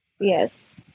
yes